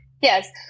yes